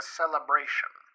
celebration